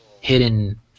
hidden